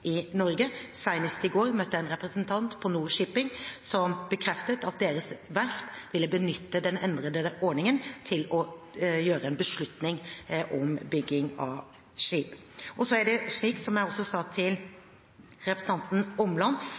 i Norge. Senest i går møtte jeg en representant på Nor-Shipping, som bekreftet at deres verft ville benytte den endrede ordningen til å ta en beslutning om bygging av skip. Så er det slik, som jeg også sa til representanten Omland,